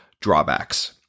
drawbacks